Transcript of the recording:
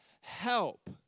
help